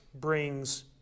brings